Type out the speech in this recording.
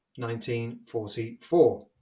1944